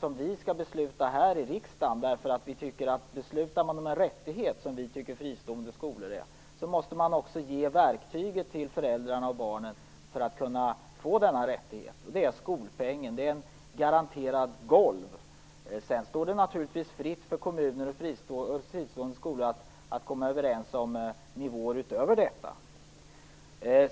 som vi skall besluta om här i riksdagen. Vi tycker nämligen att om man beslutar om en rättighet, som vi tycker att fristående skolor är, måste man också ge verktyget till föräldrarna och barnen att kunna få denna rättighet. Det verktyget är skolpengen, och den är ett garanterat golv. Sedan står det naturligtvis fritt för kommuner och fristående skolor att komma överens om nivåer utöver detta.